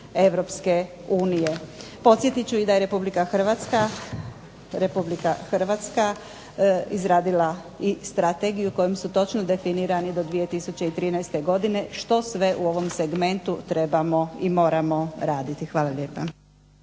politike EU. Podsjetit ću i da je RH izradila i strategiju kojom su točno definirani do 2013. godine što sve u ovom segmentu trebamo i moramo raditi. Hvala lijepa.